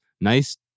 nice